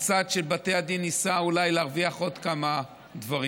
הצד של בתי הדין ניסה אולי להרוויח עוד כמה דברים.